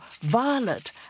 violet